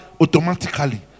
automatically